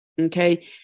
Okay